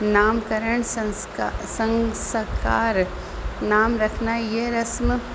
نام کرن سنسکار سنسکار نام رکھنا یہ رسم